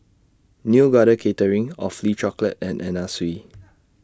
Neo Garden Catering Awfully Chocolate and Anna Sui